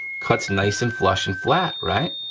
cuts nice and flush and flat, right?